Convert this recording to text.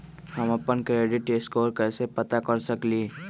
हम अपन credit score कैसे पता कर सकेली?